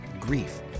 Grief